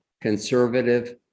conservative